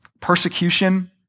persecution